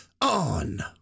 On